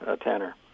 Tanner